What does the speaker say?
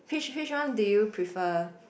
which which one do you prefer